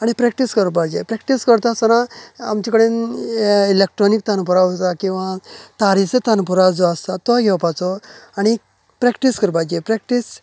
आनी प्रॅक्टीस करपाचे प्रॅक्टीस करताना आमचे कडेन ह्ये इलॅक्टॉनीक तानपुरा जो किंवा तारीचो तानपुरो आसता तो घेवपाचो आनीक प्रॅक्टीस करपाची प्रॅक्टीस